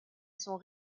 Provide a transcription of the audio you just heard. sont